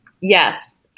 Yes